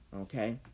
okay